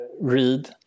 read